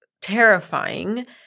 terrifying